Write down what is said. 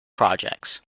projects